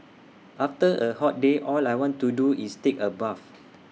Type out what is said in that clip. after A hot day all I want to do is take A bath